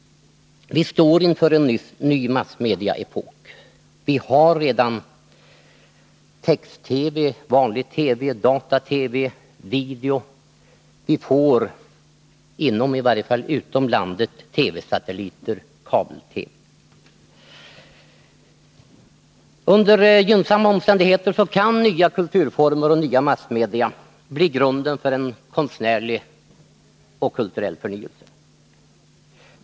Vi står inför en ny massmediaepok. Vi har redan text-TV, vanlig TV, data-TV och video. Vi får, i varje fall utom landet, TV-satelliter och kabel-TV. Under gynnsamma omständigheter kan nya kulturformer och nya massmedia bli grunden för en konstnärlig och kulturell förnyelse.